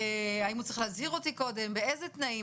האם הוא צריך להזהיר אותי קודם, באיזה תנאים?